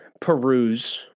peruse